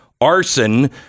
arson